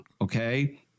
Okay